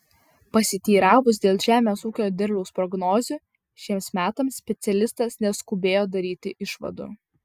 pasiteiravus dėl žemės ūkio derliaus prognozių šiems metams specialistas neskubėjo daryti išvadų